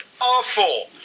Awful